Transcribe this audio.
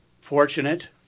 fortunate